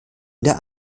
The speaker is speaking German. der